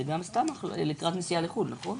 זה גם סתם לקראת נסיעה לחו"ל, נכון?